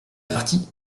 partie